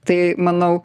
tai manau